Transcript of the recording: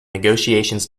negotiations